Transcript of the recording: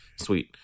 Sweet